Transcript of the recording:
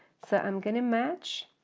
so i'm going to match,